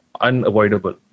unavoidable